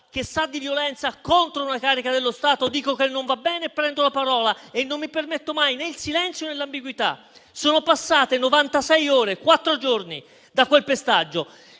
che sa di violenza contro una carica dello Stato, dico che non va bene, prendo la parola e non mi permetto mai né il silenzio né l'ambiguità. Sono passate novantasei ore, quattro giorni da quel pestaggio,